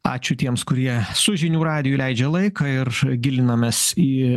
ačiū tiems kurie su žinių radiju leidžia laiką ir gilinomės į